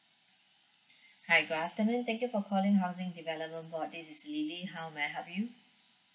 hi good afternoon thank you for calling housing development board this is lily how may I help you